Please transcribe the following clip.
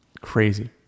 Crazy